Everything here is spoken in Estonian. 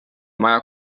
maja